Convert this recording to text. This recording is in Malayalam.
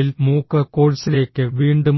എൽ മൂക്ക് കോഴ്സിലേക്ക് വീണ്ടും